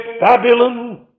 Babylon